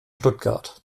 stuttgart